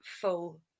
full